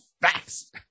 Facts